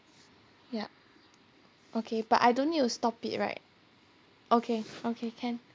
yup okay but I don't need to stop it right okay okay can